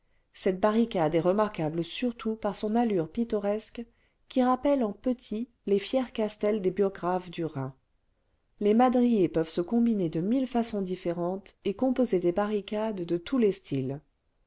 cette barricade est remarquable surtout par son allure pittoresque qui rappelle en petit les fiers castels des but graves du rhin les madriers peuvent se combiner de mille façons différentes et composer des barricades de tous les styles